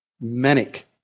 manic